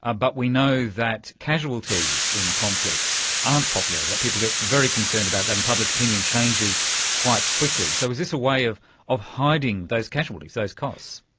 ah but we know that casualties in conflicts aren't popular, that people get very concerned about that and public opinion changes quite quickly. so is this a way of of hiding those casualties, those costs?